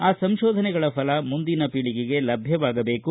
ಆ ಸಂಶೋಧನೆಗಳ ಫಲ ಮುಂದಿನ ಪೀಳಿಗೆಗೆ ಲಭ್ಯವಾಗಬೇಕು